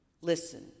Listen